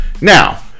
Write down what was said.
Now